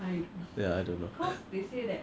ya I don't know